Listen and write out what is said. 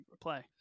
play